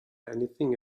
anything